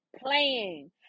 playing